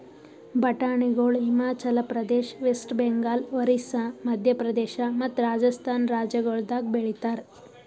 ಬಟಾಣಿಗೊಳ್ ಹಿಮಾಚಲ ಪ್ರದೇಶ, ವೆಸ್ಟ್ ಬೆಂಗಾಲ್, ಒರಿಸ್ಸಾ, ಮದ್ಯ ಪ್ರದೇಶ ಮತ್ತ ರಾಜಸ್ಥಾನ್ ರಾಜ್ಯಗೊಳ್ದಾಗ್ ಬೆಳಿತಾರ್